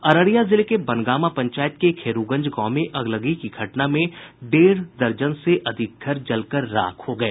अररिया जिले के बनगामा पंचायत के खेरूगंज गाँव में अगलगी की घटना में डेढ़ दर्जन से अधिक घर जलकर राख हो गए